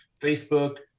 Facebook